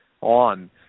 on